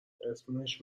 اسمش